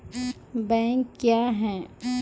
Bank क्या हैं?